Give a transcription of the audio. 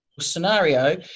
scenario